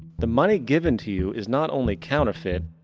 the money given to you is not only counterfeit,